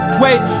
wait